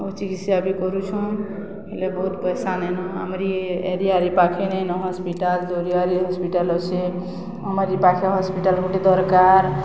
ଚିକିତ୍ସା ବି କରୁଛନ୍ ହେଲେ ବହୁତ ପଇସା ନେନ ଆମରି ଏରିଆରୀ ପାଖେ ନ ନେଇଁନ ହସ୍ପିଟା ଦରିଆରିୀ ହସ୍ପିଟାଲ ଅଛେ ଆମରି ପାଖେ ହସ୍ପିଟାଲ୍ ଗୋଟେ ଦରକାର